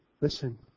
Listen